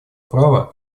права